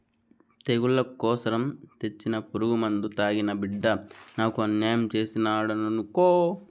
తెగుళ్ల కోసరం తెచ్చిన పురుగుమందు తాగి నా బిడ్డ నాకు అన్యాయం చేసినాడనుకో